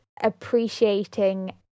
appreciating